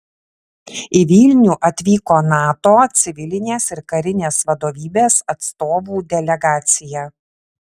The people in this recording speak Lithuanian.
į vilnių atvyko nato civilinės ir karinės vadovybės atstovų delegacija